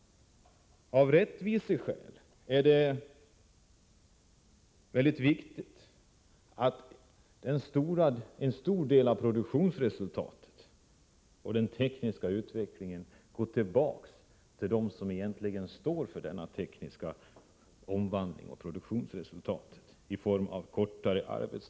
Av rättviseskäl är det mycket viktigt att en stor del av produktionsresultatet och den tekniska utvecklingen i form av kortare arbetsdag kommer dem till del som står för denna tekniska omvandling och produktionsresultat.